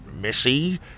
missy